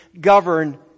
govern